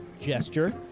gesture